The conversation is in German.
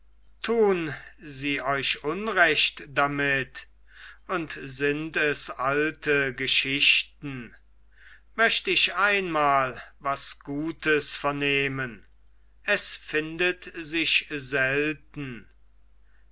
tun sie euch unrecht damit und sind es alte geschichten möcht ich einmal was gutes vernehmen es findet sich selten